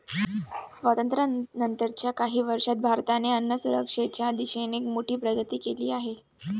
स्वातंत्र्यानंतर च्या काही वर्षांत भारताने अन्नसुरक्षेच्या दिशेने मोठी प्रगती केली आहे